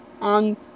on